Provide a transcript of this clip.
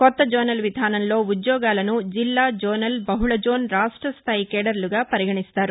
కొత్తజోనల్ విధానంలో ఉద్యోగాలను జిల్లా జోనల్ బహుళజోన్ రాష్టస్థాయి కేడర్లుగా పరిగణిస్తారు